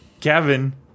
Kevin